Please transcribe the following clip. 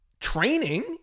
training